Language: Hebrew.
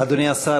אדוני השר,